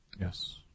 Yes